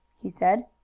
he said.